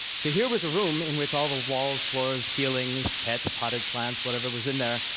so here was a room in which all the walls, floors, ceilings, pets, potted plants, whatever was in there,